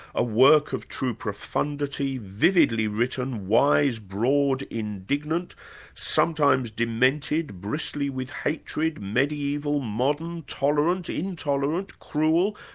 a work of true profundity vividly written, wise, broad, indignant sometimes demented, bristling with hatred, mediaeval, modern, tolerant, intolerant, cruel,